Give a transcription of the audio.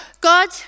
God